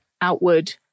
outward